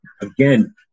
Again